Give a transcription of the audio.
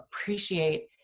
appreciate